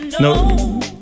No